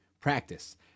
Practice